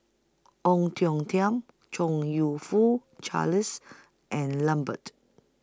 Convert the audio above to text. Ong Tiong Khiam Chong YOU Fook Charles and Lambert